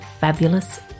fabulous